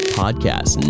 podcast